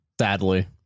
Sadly